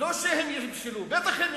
לא שהם ימשלו,